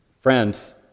Friends